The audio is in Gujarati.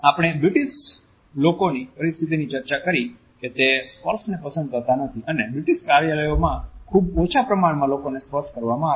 આપણે બ્રિટીશ લોકોની પરિસ્થિતિની ચર્ચા કરી કે તે સ્પર્શને પસંદ કરતા નથી અને બ્રિટીશ કાર્યાલયોમાં ખૂબ ઓછા પ્રમાણમાં લોકો ને સ્પર્શ કરવામાં છે